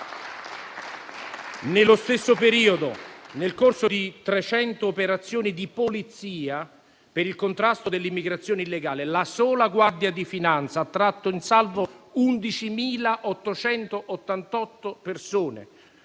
Nello stesso periodo, nel corso di 300 operazioni di polizia per il contrasto dell'immigrazione illegale, la sola Guardia di finanza ha tratto in salvo 11.888 persone,